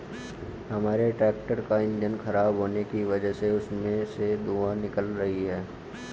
हमारे ट्रैक्टर का इंजन खराब होने की वजह से उसमें से धुआँ निकल रही है